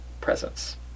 presence